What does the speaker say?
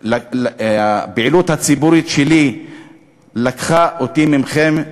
שהפעילות הציבורית שלי לקחה אותי מכם.